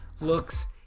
looks